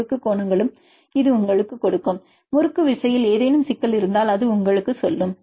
முறுக்கு கோணங்களும் இது உங்களுக்குக் கொடுக்கும் முறுக்குவிசையில் ஏதேனும் சிக்கல் இருந்தால் அது உங்களுக்குச் சொல்லும்